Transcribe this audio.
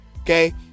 Okay